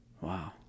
Wow